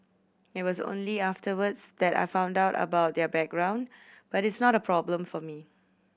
it was only afterwards that I found out about their background but it is not a problem for me